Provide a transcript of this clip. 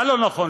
מה לא נכון?